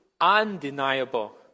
undeniable